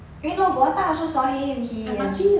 eh no got one time I also saw him he and he and ch~